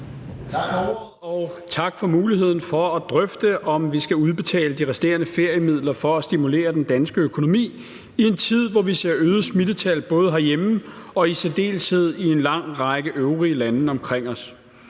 Tak for ordet, og tak for muligheden for at drøfte, om vi skal udbetale de resterende feriemidler for at stimulere den danske økonomi i en tid, hvor vi ser øgede smittetal både herhjemme og i særdeleshed i en lang række øvrige lande omkring os.